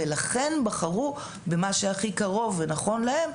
ולכן בחרו במה שהכי קרוב ונכון להם,